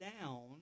down